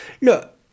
Look